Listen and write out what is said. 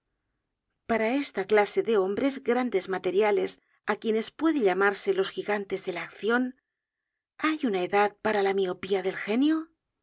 para esa clase de hombres grandes materiales á quienes puede llamarse los gigantes de la accion hay una edad para la miopía del genio